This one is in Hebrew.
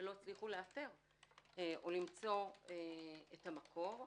ולא הצליחו לאתר או למצוא את המקור.